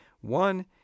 One